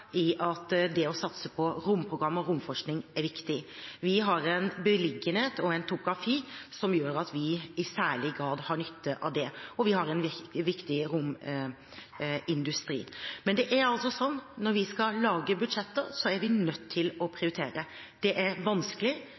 i at det å satse på romprogrammer og romforskning er viktig. Vi har en beliggenhet og en topografi som gjør at vi i særlig grad har nytte av det, og vi har en viktig romindustri. Men det er altså slik at når vi skal lage budsjetter, er vi nødt til å prioritere. Det er vanskelig,